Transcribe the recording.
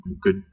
Good